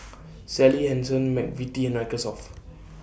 Sally Hansen Mcvitie's and Microsoft